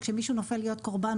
וכשמישהו נופל להיות קורבן,